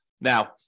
Now